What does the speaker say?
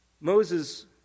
Moses